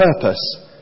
purpose